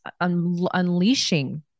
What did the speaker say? unleashing